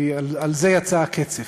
כי על זה יצא הקצף.